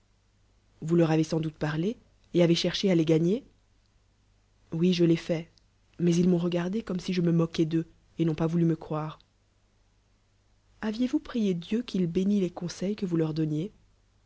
vous leur avez sans doute parlé et ave cb ebé a les gagner oui je l'ai fait mais ils m'ont regardé comme si je me môquois d'eux et n'ont pi youm me croire aviez-vous prié d et qn'il bénit les conseils quevous leur donniez